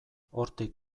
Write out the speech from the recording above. hortik